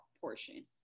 portion